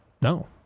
no